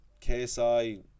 KSI